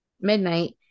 midnight